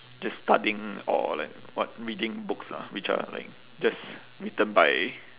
just studying or like what reading books lah which are like just written by